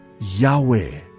Yahweh